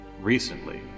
recently